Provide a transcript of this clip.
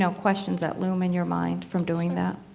so questions that loom in your mind from doing that?